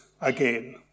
again